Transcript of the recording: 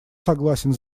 согласен